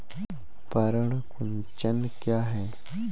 पर्ण कुंचन क्या है?